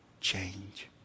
change